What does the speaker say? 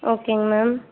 ஓகேங்க மேம்